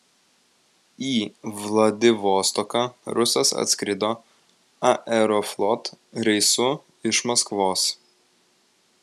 į vladivostoką rusas atskrido aeroflot reisu iš maskvos